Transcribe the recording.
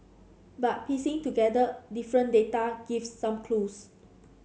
but piecing together different data gives some clues